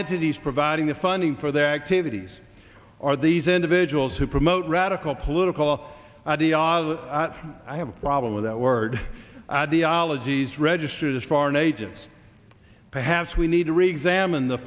entities providing the funding for their activities or these individuals who promote radical political ideology i have a problem with that word ideologies registered as foreign agents perhaps we need to re examine the